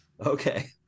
Okay